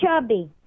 Chubby